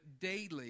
daily